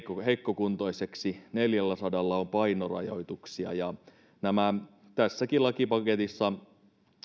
heikkokuntoiseksi neljälläsadalla on painorajoituksia ja nämä tässä lakipaketissa